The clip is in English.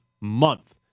month